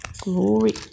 Glory